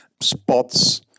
spots